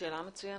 שאלה מצוינת.